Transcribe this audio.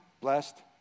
blessed